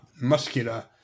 Muscular